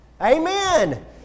Amen